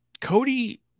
Cody